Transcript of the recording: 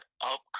up